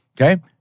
Okay